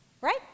right